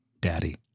daddy